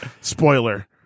Spoiler